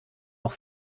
auch